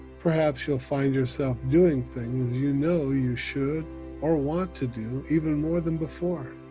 perhaps you'll find yourself doing things you know you should or want to do even more than before.